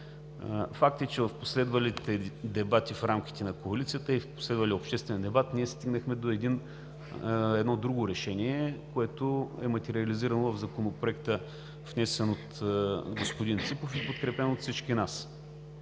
Факт е, че в последвалите дебати в рамките на Коалицията и в последвалия обществен дебат ние стигнахме до едно друго решение, което е материализирано в Законопроекта, внесен от господин Ципов и подкрепен от всички нас.